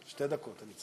שתי דקות.